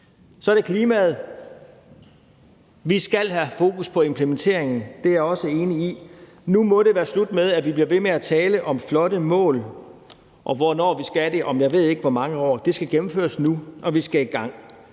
Så er der klimaet. Vi skal have fokus på implementeringen – det er jeg også enig i. Nu må det være slut med, at vi bliver ved med at tale om flotte mål og hvornår vi skal noget, om jeg ved ikke hvor mange år. Det skal gennemføres nu, og vi skal i gang.